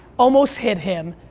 almost hit him.